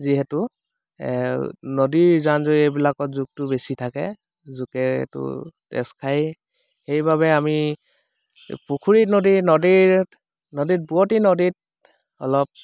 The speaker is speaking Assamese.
যিহেতু এ নদীৰ জান জুৰি এইবিলাকত জোকটো বেছি থাকে জোকেটো তেজ খায় সেইবাবে আমি পুখুৰীত নদী নদীত নদীত বোৱতী নদীত অলপ